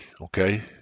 okay